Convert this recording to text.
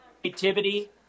creativity